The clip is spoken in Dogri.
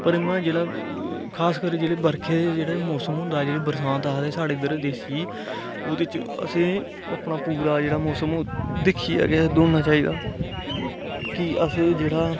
पर उ'आं जेह्ड़ा खासकर जेह्ड़े बरखें दे जेह्ड़े मौसम होंदा जेह्ड़ी बरसांत आखदे साढ़े इद्धर देसी ओह्दे च असें अपना पूरा जेह्ड़ा मौसम ओह् दिक्खियै गै दौड़ना चाहिदा कि असें जेह्ड़ा